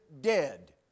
dead